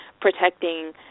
protecting